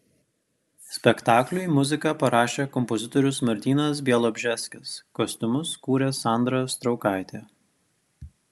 spektakliui muziką parašė kompozitorius martynas bialobžeskis kostiumus kūrė sandra straukaitė